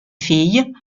fille